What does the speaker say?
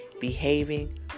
behaving